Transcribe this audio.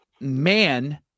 man